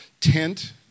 tent